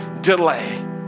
delay